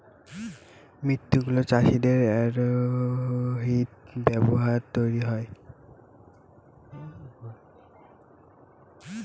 মুক্ত গুলো চাষীদের দিয়ে আয়োজিত ব্যবস্থায় তৈরী হয়